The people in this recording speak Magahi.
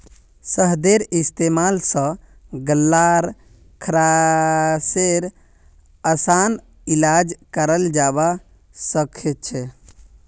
शहदेर इस्तेमाल स गल्लार खराशेर असान इलाज कराल जबा सखछे